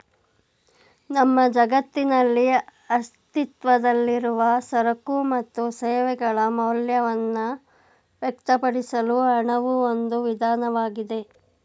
ನಮ್ಮ ಜಗತ್ತಿನಲ್ಲಿ ಅಸ್ತಿತ್ವದಲ್ಲಿರುವ ಸರಕು ಮತ್ತು ಸೇವೆಗಳ ಮೌಲ್ಯವನ್ನ ವ್ಯಕ್ತಪಡಿಸಲು ಹಣವು ಒಂದು ವಿಧಾನವಾಗಿದೆ